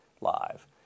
Live